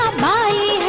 my